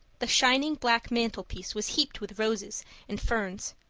the shining black mantelpiece was heaped with roses and ferns.